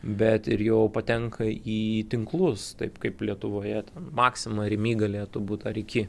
bet ir jau patenka į tinklus taip kaip lietuvoje maksima rimi galėtų būti ar iki